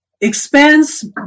expands